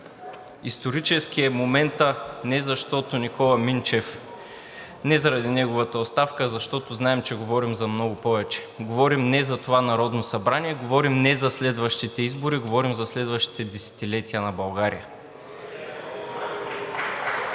Исторически е моментът не защото е Никола Минчев, не заради неговата оставка, а защото знаем, че говорим за много повече. Говорим не за това Народно събрание, говорим не за следващите избори, говорим за следващите десетилетия на България.